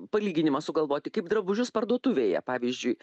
palyginimą sugalvoti kaip drabužius parduotuvėje pavyzdžiui